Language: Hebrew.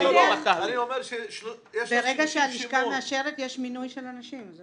ברגע שהלשכה מאשרת יש מינוי של אנשים.